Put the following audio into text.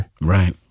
right